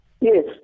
Yes